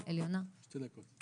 שתי דקות אם אפשר?